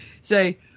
say